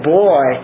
boy